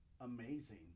amazing